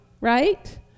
right